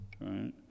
right